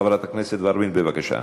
חברת הכנסת ורבין, בבקשה.